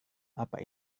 apa